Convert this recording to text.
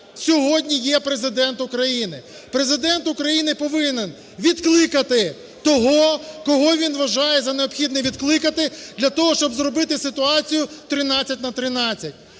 сьогодні є Президент України. Президент України повинен відкликати того, кого він вважає за необхідне, відкликати для того, щоб зробити ситуацію 13 на 13.